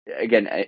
again